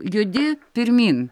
judi pirmyn